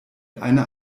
einer